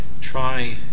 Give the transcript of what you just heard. try